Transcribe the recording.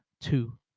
two